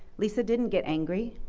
lisa didn't get angry,